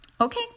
Okay